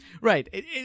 Right